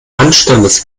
anstandes